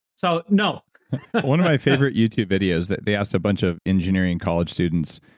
so no one of my favorite youtube videos that they asked a bunch of engineering college students,